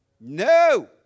No